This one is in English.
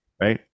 Right